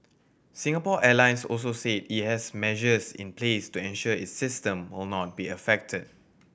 Singapore Airlines also said it has measures in place to ensure its system or not be affected